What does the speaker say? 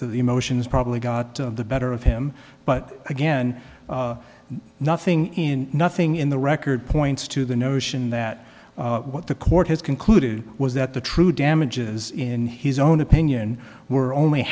the emotions probably got the better of him but again nothing in nothing in the record points to the notion that what the court has concluded was that the true damages in his own opinion were only